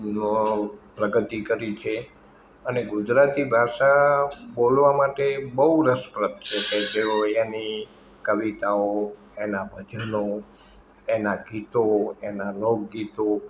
પ્રગતિ કરી છે અને ગુજરાતી ભાષા બોલવા માટે બહું રસપ્રદ છે કે જેઓ એની કવિતાઓ એના ભજનો એના ગીતો એના લોકગીતો